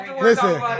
Listen